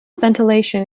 ventilation